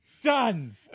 done